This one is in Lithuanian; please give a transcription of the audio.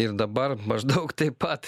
ir dabar maždaug taip pat